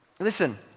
Listen